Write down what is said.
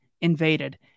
invaded